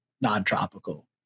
non-tropical